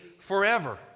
forever